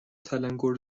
تلنگور